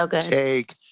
take